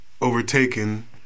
overtaken